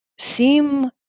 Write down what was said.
seem